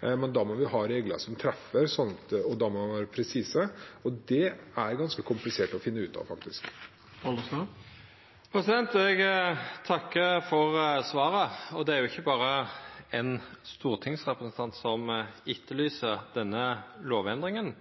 Da må vi ha regler som treffer, og man må være presis, og det er det faktisk ganske komplisert å finne ut av. Eg takkar for svaret. Det er ikkje berre ein stortingsrepresentant som etterlyser denne lovendringa.